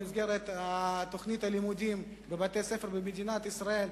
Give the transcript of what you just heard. במסגרת תוכנית הלימודים בבתי-הספר במדינת ישראל,